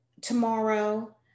tomorrow